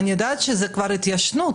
אני יודעת שיש כבר התיישנות,